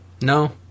No